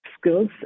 skills